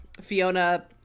Fiona